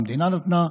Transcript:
המדינה נתנה,